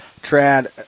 trad